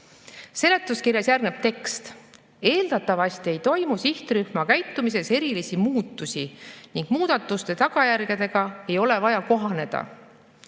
Seletuskirjas järgneb tekst: "[...] eeldatavasti ei toimu sihtrühma käitumises erilisi muutusi ning muudatuste tagajärgedega ei ole tarvis kohaneda."